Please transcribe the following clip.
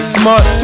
smart